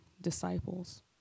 disciples